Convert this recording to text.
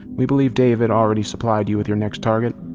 we believe david already supplied you with your next target.